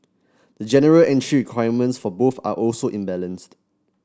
the general entry requirements for both are also imbalanced